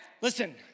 Listen